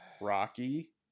Rocky